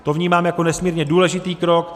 To vnímám jako nesmírně důležitý krok.